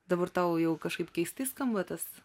dabar tau jau kažkaip keistai skamba tas